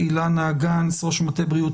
ההערה הראשונה איננה קשורה לנושא הדיון.